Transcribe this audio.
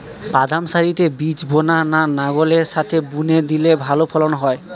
বাদাম সারিতে বীজ বোনা না লাঙ্গলের সাথে বুনে দিলে ভালো ফলন হয়?